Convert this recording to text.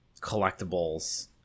collectibles